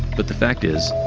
but the fact is,